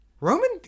Roman